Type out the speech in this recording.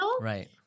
right